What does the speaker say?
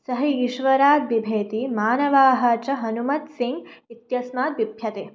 सः ईश्वरात् बिभेति मानवाः च हनुमत् सिंग् इत्यस्मात् बिभ्यते